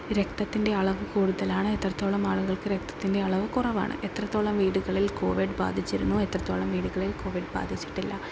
രക്തത്തിൻ്റെ അളവ് കൂടുതലാണ് എത്രത്തോളം ആളുകൾക്ക് രക്തത്തിൻ്റെ അളവ് കു റവാണ് എത്രത്തോളം വീടുകളിൽ കോവിഡ് ബാധിച്ചിരുന്നു എത്രത്തോളം വീടുകളിൽ കോവിഡ് ബാധിച്ചിട്ടില്ല